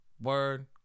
Word